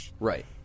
right